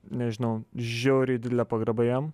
nežinau žiauriai didelė pagarba jiem